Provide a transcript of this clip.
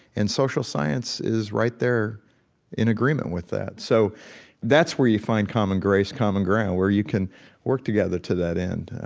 and social science is right there in agreement with that. so that's where you find common grace, common ground, where you can work together to that end